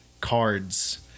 cards